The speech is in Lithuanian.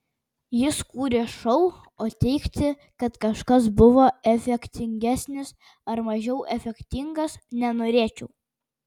jis kūrė šou o teigti kad kažkas buvo efektingesnis ar mažiau efektingas nenorėčiau